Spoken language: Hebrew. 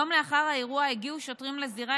יום לאחר האירוע הגיעו שוטרים לזירה